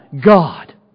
God